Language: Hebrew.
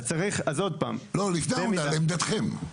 עוד פעם, צריך --- לא, לפני האומדן, עמדתכם.